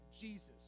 Jesus